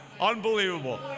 Unbelievable